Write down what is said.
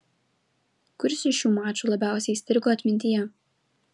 kuris iš šių mačų labiausiai įstrigo atmintyje